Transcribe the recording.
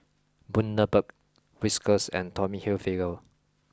Bundaberg Whiskas and Tommy Hilfiger